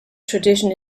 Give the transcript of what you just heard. tradition